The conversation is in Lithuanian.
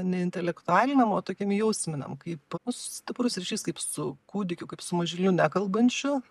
ne intelektualiniam o tokiam jausminiam kaip stiprus ryšys kaip su kūdikiu kaip su mažyliu nekalbančiu